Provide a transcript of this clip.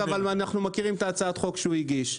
אבל אנחנו מכירים את הצעת החוק שהוא הגיש.